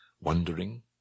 wondering